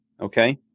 Okay